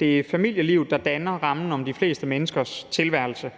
Det er familielivet, der danner rammen om de fleste menneskers tilværelse.